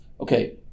Okay